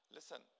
Listen